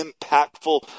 impactful